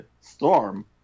Storm